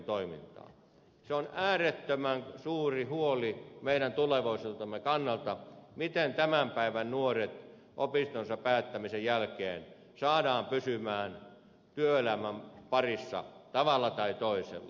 se on äärettömän suuri huoli meidän tulevaisuutemme kannalta miten tämän päivän nuoret opintonsa päättämisen jälkeen saadaan pysymään työelämän parissa tavalla tai toisella